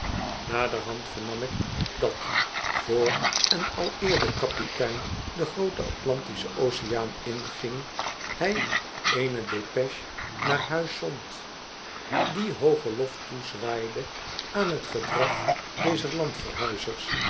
naderhand vernam ik dat voor en aleer de kapitein den grooten atlantischen oceaan inging hij eene dépêche naar huis zond die een reiziger die geen handel drupt hoogen lof toezwaaide aan t gedrag dezer landverhuizers